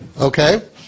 Okay